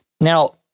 Now